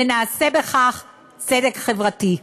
ונעשה בכך צדק חברתי.